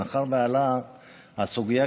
מאחר שעלתה הסוגיה,